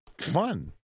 fun